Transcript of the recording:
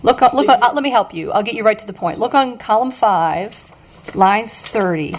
look let me help you i'll get you right to the point look on column five lines thirty